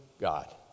God